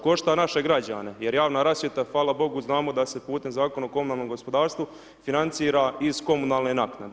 Košta naše građane jer javna rasvjeta fala Bogu znamo da se putem Zakona o komunalnom gospodarstvu financira iz komunalne naknade.